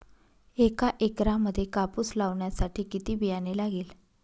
एका एकरामध्ये कापूस लावण्यासाठी किती बियाणे लागेल?